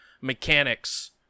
mechanics